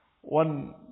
One